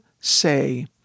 say